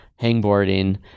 hangboarding